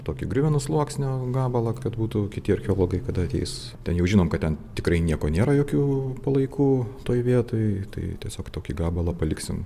tokį griuvenų sluoksnio gabalą kad būtų kiti archeologai kada ateis ten jau žinom kad ten tikrai nieko nėra jokių palaikų toj vietoj tai tiesiog tokį gabalą paliksim